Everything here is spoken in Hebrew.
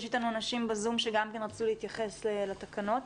יש איתנו אנשים בזום שגם רצו להתייחס לתקנות,